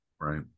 Right